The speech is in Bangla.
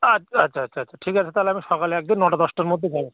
আচ্ছা আচ্ছা আচ্ছা আচ্ছা ঠিক আছে তাহলে আমি সকালে একদিন নটা দশটার মধ্যে যাবো